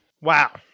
Wow